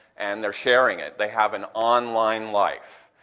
and they're sharing it. they have an online life,